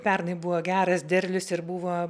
pernai buvo geras derlius ir buvo